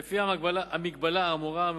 לפי המגבלה האמורה,